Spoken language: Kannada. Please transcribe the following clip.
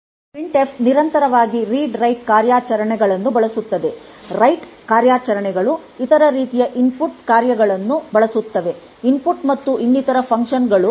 ಪ್ರಿಂಟ್ಫ್ ನಿರಂತರವಾಗಿ ರೀಡ್ ರೈಟ್ ಕಾರ್ಯಾಚರಣೆಗಳನ್ನು ಬಳಸುತ್ತದೆ ರೈಟ್ ಕಾರ್ಯಾಚರಣೆಗಳು ಇತರ ರೀತಿಯ ಇನ್ಪುಟ್ ಕಾರ್ಯಗಳನ್ನು ಬಳಸುತ್ತವೆಇನ್ಪುಟ್ ಮತ್ತು ಇನ್ನಿತರ ಫಂಕ್ಷನ್ ಗಳು ಇವೆ